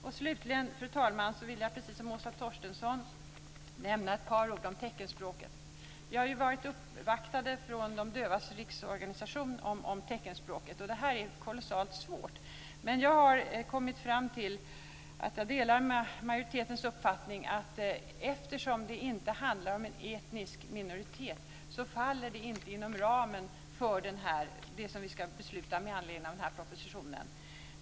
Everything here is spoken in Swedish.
Fru talman! Slutligen vill jag, precis som Åsa Torstensson, nämna några ord om teckenspråket. Vi har ju blivit uppvaktade av de dövas riksorganisation om teckenspråket. Det här är kolossalt svårt, men jag har kommit fram till att jag delar majoritetens uppfattning att detta, eftersom det inte handlar om en etnisk minoritet, inte faller inom ramen för det som vi ska besluta med anledning av den här propositionen.